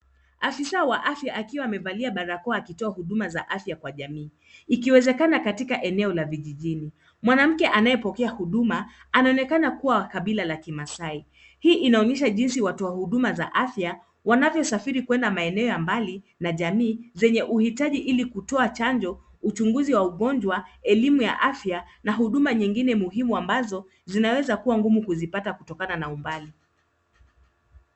Afisa wa afya akiwa amevalia barakoa akitoa huduma za afya kwa jamii. Ikiwezekana katika eneo la vijijini. Mwanamke anayepokea huduma anaonekana kuwa wa kabila la kimaasai. Hii inaonyesha jinsi watu wa huduma za afya wanavyosafiri kuenda maeneo ya mbali na jamii zenye uhitaji kutoa chanjo, uchunguzi wa ugonjwa, elimu ya afya na huduma nyingine muhimu ambazo zinaweza kuwa ngumu kuzipata kutokana na umbali.